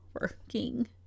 working